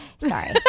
Sorry